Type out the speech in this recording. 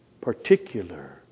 particular